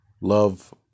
love